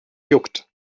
juckt